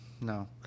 No